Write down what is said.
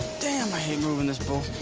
damn, i hate moving this bull.